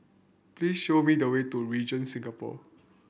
please show me the way to Regent Singapore